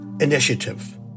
initiative